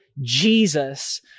Jesus